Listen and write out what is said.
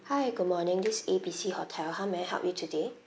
hi good morning this A B C hotel how may I help you today